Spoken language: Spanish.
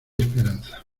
esperanza